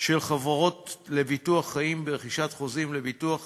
של חברות לביטוח חיים ורכישת חוזים לביטוח חיים,